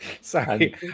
Sorry